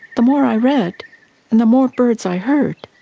the more i read and the more birds i heard,